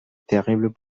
terrible